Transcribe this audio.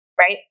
right